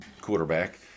quarterback